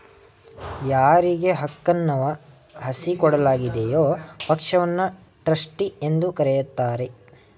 ಯಾರಿಗೆ ಹಕ್ಕುನ್ನ ವಹಿಸಿಕೊಡಲಾಗಿದೆಯೋ ಪಕ್ಷವನ್ನ ಟ್ರಸ್ಟಿ ಎಂದು ಕರೆಯುತ್ತಾರೆ